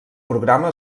programa